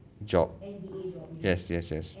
job yes yes yes